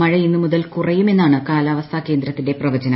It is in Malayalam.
മഴ ഇന്നുമുതൽ കുറയുമെന്നാണ് കാലാവസ്ഥാ കേന്ദ്രത്തിന്റെ പ്രവചനം